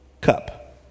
cup